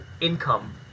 income